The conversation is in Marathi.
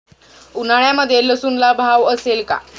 उन्हाळ्यामध्ये लसूणला भाव असेल का?